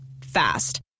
Fast